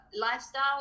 lifestyle